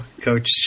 Coach